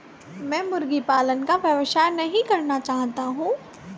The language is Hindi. मैं मुर्गी पालन का व्यवसाय नहीं करना चाहता हूँ